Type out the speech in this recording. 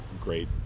great